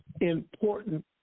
important